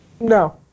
No